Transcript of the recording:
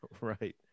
Right